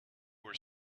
were